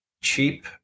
cheap